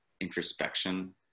introspection